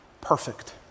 perfect